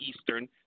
Eastern